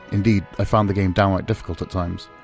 indeed, i found the game downright difficult at times.